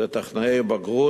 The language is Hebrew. טכנאים ובגרות,